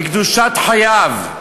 בקדושת חייו,